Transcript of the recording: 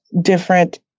different